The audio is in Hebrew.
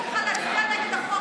להצביע נגד החוק,